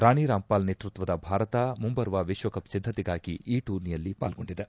ರಾಣಿ ರಾಂಪಾಲ್ ನೇತೃತ್ವದ ಭಾರತ ಮುಂಬರುವ ವಿಶ್ವಕಪ್ ಸಿದ್ದತೆಗಾಗಿ ಈ ಟೂರ್ನಿಯಲ್ಲಿ ಪಾಲ್ಗೊಂಡಿದೆ